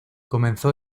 comenzó